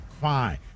Fine